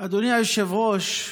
אדוני היושב-ראש,